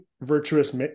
virtuous